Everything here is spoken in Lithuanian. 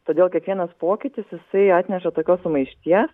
todėl kiekvienas pokytis jisai atneša tokios sumaišties